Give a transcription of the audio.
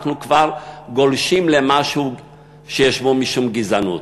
כבר גולשים למשהו שיש בו משום גזענות.